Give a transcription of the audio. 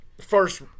first